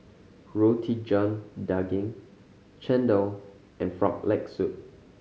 Roti John Daging chendol and Frog Leg Soup